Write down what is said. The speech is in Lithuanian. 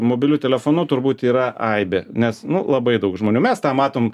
mobiliu telefonu turbūt yra aibė nes labai daug žmonių mes tą matom